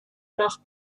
nach